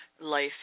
life